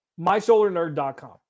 MySolarNerd.com